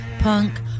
punk